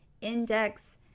index